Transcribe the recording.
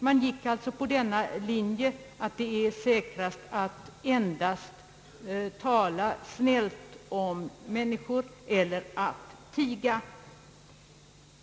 Man gick alltså på linjen att det är säkrast att endast tala snällt om människor eller att tiga.